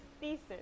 thesis